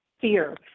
fear